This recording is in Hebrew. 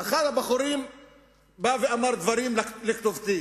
אחד הבחורים בא ואמר דברים לכתובתי.